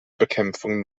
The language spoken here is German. bekämpfung